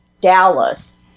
Dallas